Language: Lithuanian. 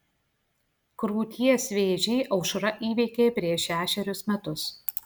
krūties vėžį aušra įveikė prieš šešerius metus